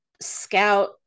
scout